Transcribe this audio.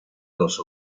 dos